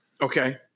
Okay